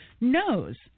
knows